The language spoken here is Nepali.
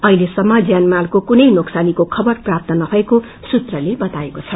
अहिलेसम्प ज्यानमालको कुनै नोकसानीको खबर प्राप्त नभएको सूत्रले बताएको छ